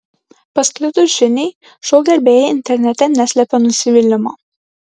pasklidus žiniai šou gerbėjai internete neslepia nusivylimo